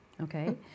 okay